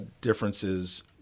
differences